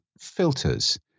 filters